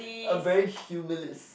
I'm very humilist